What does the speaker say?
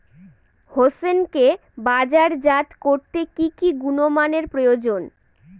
হোসেনকে বাজারজাত করতে কি কি গুণমানের প্রয়োজন?